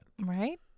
right